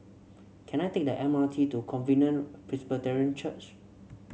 can I take the M R T to Covenant Presbyterian Church